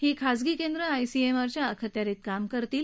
ही खाजगी केंद्र आयसी िआरच्या अखत्यारीत कामकाज करतील